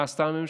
מה עשתה הממשלה?